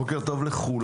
בוקר טוב לכולם,